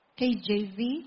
KJV